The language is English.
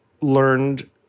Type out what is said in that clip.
learned